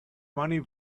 money